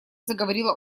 заговорила